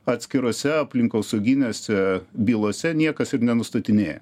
atskirose aplinkosauginėse bylose niekas ir nenustatinėja